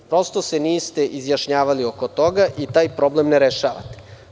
Prosto se niste izjašnjavali oko toga i taj problem ne rešavate.